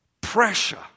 Pressure